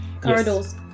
corridors